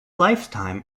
lifetime